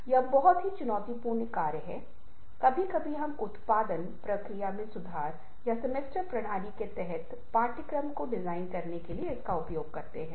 बाद में हम मौखिक रूप से या संगीत को अलग से लेंगे और जब आप इस व्याख्यान को खोज लेंगे और इसे आपस में जोड़ने का प्रयास करेंगे तो आप इसे लिंक कर पाएंगे